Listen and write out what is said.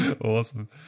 Awesome